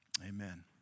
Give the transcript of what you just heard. Amen